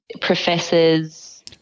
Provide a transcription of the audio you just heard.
Professors